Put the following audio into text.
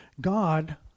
God